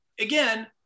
again